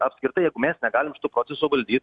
apskritai jeigu mes negalim šito proceso valdyt